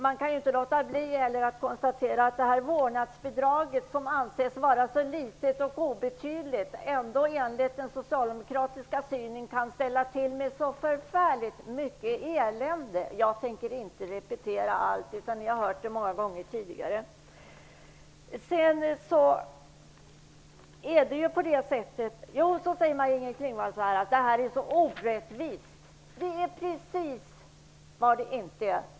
Man kan inte heller låta bli att konstatera att det här vårdnadsbidraget som anses vara så litet och obetydligt ändå enligt den socialdemokratiska synen kan ställa till med så förfärligt mycket elände. Jag tänker inte repetera allt. Ni har hört det många gånger tidigare. Maj-Inger Klingvall säger att det här är så orättvist. Det är precis vad det inte är.